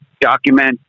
document